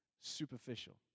superficial